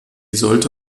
sollte